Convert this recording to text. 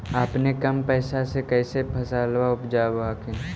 अपने कम पैसा से कैसे फसलबा उपजाब हखिन?